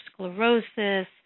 atherosclerosis